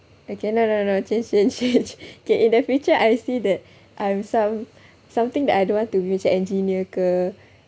okay no no no change change change okay in the future I see that I'm some~ something that I don't want to be macam engineer ke